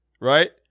right